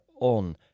on